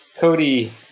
Cody